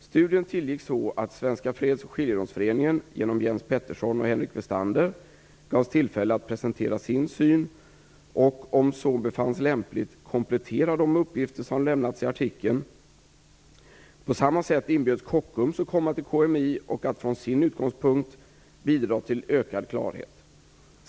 Studien tillgick så att Jens Pettersson och Henrik Westander gavs tillfälle att presentera sin syn och, om så befanns lämpligt, komplettera de uppgifter som lämnats i artikeln. På samma sätt inbjöds Kockums att komma till KMI och att från sin utgångspunkt bidra till ökad klarhet.